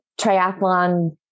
triathlon